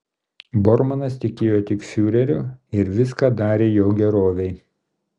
bormanas tikėjo tik fiureriu ir viską darė jo gerovei